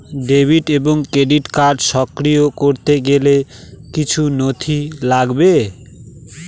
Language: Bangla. ডেবিট এবং ক্রেডিট কার্ড সক্রিয় করতে গেলে কিছু নথি লাগবে?